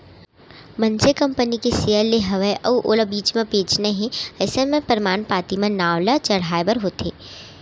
मनसे कंपनी के सेयर ले हवय अउ ओला बीच म बेंचना हे अइसन म परमान पाती म नांव ल चढ़हाय बर होथे